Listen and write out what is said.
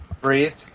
Breathe